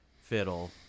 fiddle